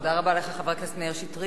תודה רבה לך, חבר הכנסת מאיר שטרית.